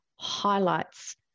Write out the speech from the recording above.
highlights